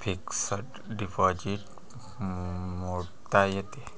fixed deposit मोडता येते